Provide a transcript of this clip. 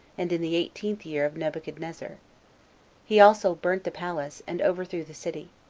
and in the eighteenth year of nebuchadnezzar he also burnt the palace, and overthrew the city.